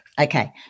Okay